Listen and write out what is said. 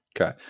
Okay